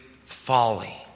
folly